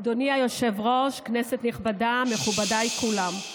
אדוני היושב-ראש, כנסת נכבדה, מכובדיי כולם,